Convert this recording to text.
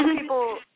people